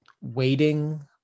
waiting